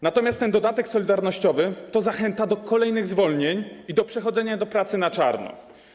Natomiast ten dodatek solidarnościowy to zachęta do kolejnych zwolnień i do przechodzenia do pracy na czarno.